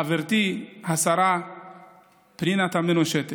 חברתי השרה פנינה תמנו שטה,